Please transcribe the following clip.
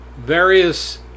various